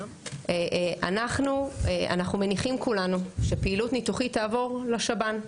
אנחנו מניחים כולנו שפעילות ניתוחית תעבור לשב"ן.